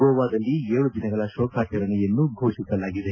ಗೋವಾದಲ್ಲಿ ಏಳು ದಿನಗಳ ಶೋಕಾಚರಣೆಯನ್ನು ಘೋಷಿಸಲಾಗಿದೆ